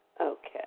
Okay